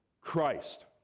Christ